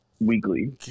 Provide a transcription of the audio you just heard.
weekly